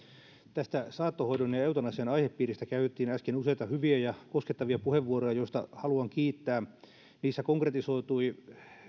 tästä saattohoidon ja eutanasian aihepiiristä käytettiin äsken useita hyviä ja koskettavia puheenvuoroja joista haluan kiittää niissä konkretisoitui